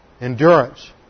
endurance